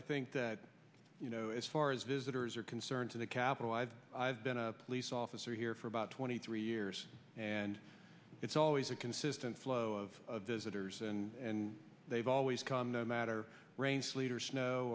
i think that you know as far as visitors are concerned to the capitol i've i've been a police officer here for about twenty three years and it's always a consistent flow of visitors and they've always come no matter rain sleet or snow